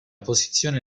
posizione